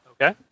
Okay